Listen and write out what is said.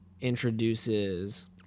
introduces